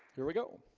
here we go